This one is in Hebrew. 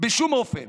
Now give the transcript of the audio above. בשום אופן